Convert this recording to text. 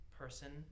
person